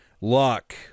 luck